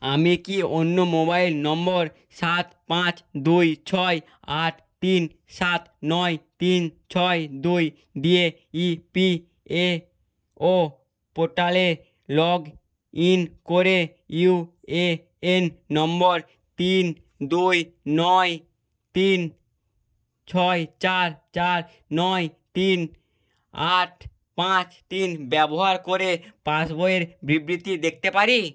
আমি কি অন্য মোবাইল নম্বর সাত পাঁচ দুই ছয় আট তিন সাত নয় তিন ছয় দুই দিয়ে ইপিএফও পোর্টালে লগ ইন করে ইউএএন নম্বর তিন দুই নয় তিন ছয় চার চার নয় তিন আট পাঁচ তিন ব্যবহার করে পাস বইয়ের বিবৃতি দেখতে পারি